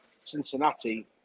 Cincinnati